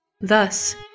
Thus